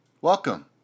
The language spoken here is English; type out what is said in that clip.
Welcome